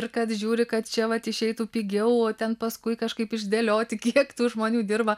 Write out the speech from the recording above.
ir kad žiūri kad čia vat išeitų pigiau o ten paskui kažkaip išdėlioti kiek tų žmonių dirba